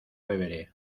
beberé